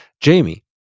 Jamie